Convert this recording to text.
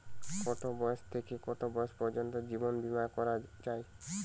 কতো বয়স থেকে কত বয়স পর্যন্ত জীবন বিমা করা যায়?